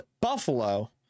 Buffalo